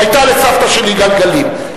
היו לסבתא שלי גלגלים.